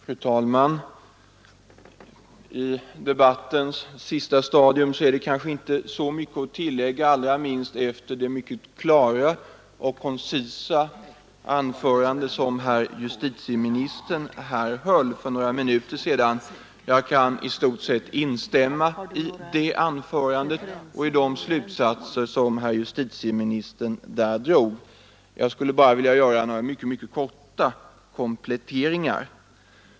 Fru talman! I debattens sista stadium är det kanske inte mycket att tillägga, allra minst efter det klara och koncisa anförande som herr justitieministern här höll för några minuter sedan. Jag kan i stort sett instämma i det anförandet och i de slutsatser som herr justitieministern där drog. Jag skulle bara vilja göra några mycket korta kompletteringar.